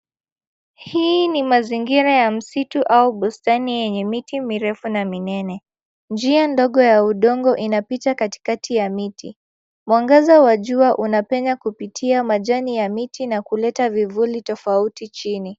Hii ni mazingira ya msitu au bustani yenye miti mirefu na minene. Njia ndogo ya udongo inapita katikati ya miti. Mwangaza wa jua unapenya kupitia majani ya miti na kuleta vivuli tofauti chini.